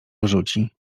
wyrzuci